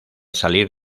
salir